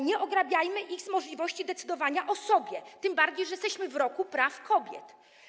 Nie ograbiajmy ich z możliwości decydowania o sobie, tym bardziej że jesteśmy w trakcie Roku Praw Kobiet.